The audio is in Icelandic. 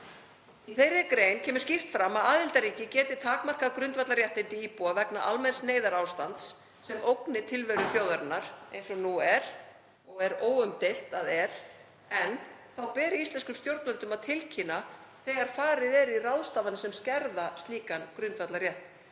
Í þeirri grein kemur skýrt fram að aðildarríki geti takmarkað grundvallarréttindi íbúa vegna almenns neyðarástands sem ógni tilveru þjóðarinnar, eins og nú er og er óumdeilt að er. Íslenskum stjórnvöldum ber að tilkynna þegar farið er í ráðstafanir sem skerða slíkan grundvallarrétt